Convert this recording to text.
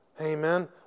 Amen